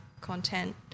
content